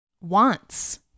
wants